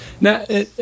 now